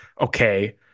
Okay